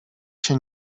się